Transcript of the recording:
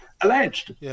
alleged